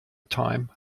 time